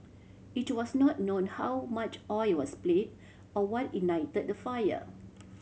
it was not known how much oil was spilled or what ignited the fire